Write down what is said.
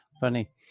Funny